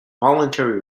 voluntary